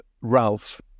ralph